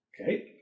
Okay